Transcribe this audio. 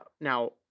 Now